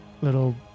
little